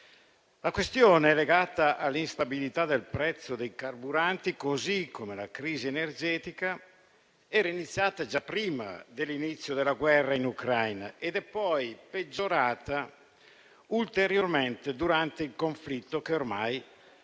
La questione, legata all'instabilità del prezzo dei carburanti, così come la crisi energetica, era iniziata già prima dell'inizio della guerra in Ucraina ed è poi peggiorata ulteriormente durante il conflitto che ormai